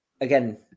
again